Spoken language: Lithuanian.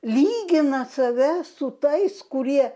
lygina save su tais kurie